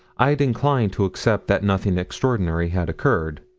i'd incline to accept that nothing extraordinary had occurred.